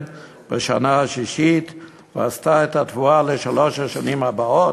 בשנה הששית ועשת את התבואה לשלוש השנים" הבאות.